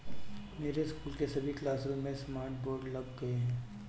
मेरे स्कूल के सभी क्लासरूम में स्मार्ट बोर्ड लग गए हैं